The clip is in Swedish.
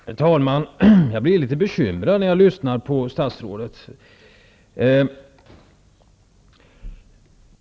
Herr talman! Jag blir litet bekymrad när jag lyssnar på statsrådet.